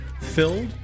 filled